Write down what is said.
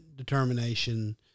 determination